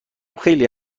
خیلی